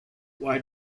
why